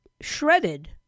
shredded